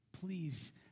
Please